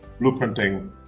blueprinting